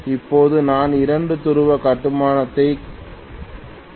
இப்போது நான் 2 துருவ கட்டுமானத்தைக் காட்டுகிறேன்